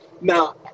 Now